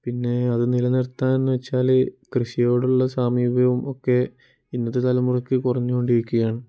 പിന്നേ അത് നിലനിർത്താമെന്നു വെച്ചാൽ കൃഷിയോടുള്ള സാമീപ്യവുമൊക്കെ ഇന്നത്തെ തലമുറയ്ക്ക് കുറഞ്ഞുകൊണ്ടിരിക്കുകയാണ്